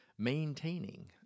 maintaining